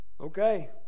Okay